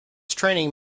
training